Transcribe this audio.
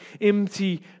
empty